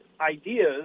ideas